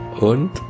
und